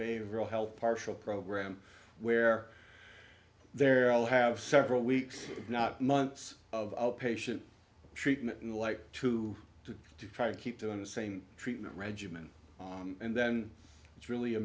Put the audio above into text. e real health partial program where they're all have several weeks not months of outpatient treatment and the like to to to try to keep doing the same treatment regimen and then it's really a